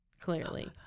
Clearly